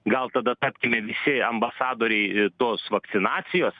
gal tada tapkime visi ambasadoriai tos vakcinacijos